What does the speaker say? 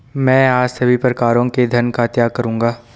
मैं आज सभी प्रकारों के धन का त्याग करूंगा